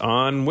on